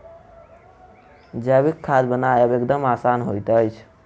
जैविक खाद बनायब एकदम आसान होइत छै